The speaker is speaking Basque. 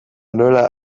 nola